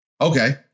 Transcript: Okay